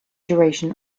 duration